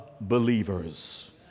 believers